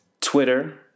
Twitter